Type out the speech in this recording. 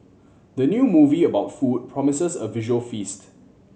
the new movie about food promises a visual feast